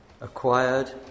acquired